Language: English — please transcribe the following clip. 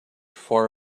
far